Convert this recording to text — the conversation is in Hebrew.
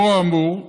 לאור האמור,